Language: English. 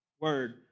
Word